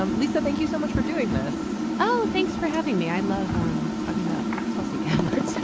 um lisa thank you so much for doing this oh thanks for having me. i love um talking about toxic hazards.